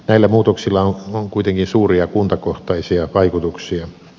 näillä muutoksilla on kuitenkin suuria kuntakohtaisia vaikutuksia